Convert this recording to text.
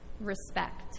respect